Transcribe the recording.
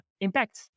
impact